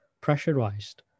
pressurized